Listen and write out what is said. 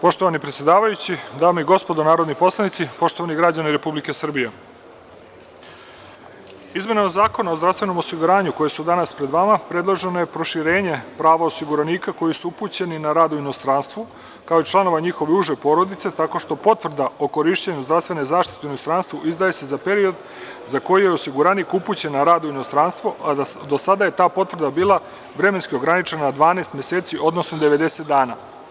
Poštovani predsedavajući, dame i gospodo narodni poslanici, poštovani građani Republike Srbije, izmenama Zakona o zdravstvenom osiguranju koji su danas pred vama predloženo je proširenje prava osiguranika koji su upućeni na rad u inostranstvu, kao i članova njihove uže porodice, tako što potvrda o korišćenju zdravstvene zaštite u inostranstvu izdaje se za period za koji je osiguranik upućen na rad u inostranstvo, a do sada je ta potvrda bila vremenski ograničena na 12 meseci, odnosno 90 dana.